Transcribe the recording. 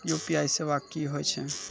UPI सेवा की होय छै?